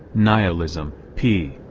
nihilism, p.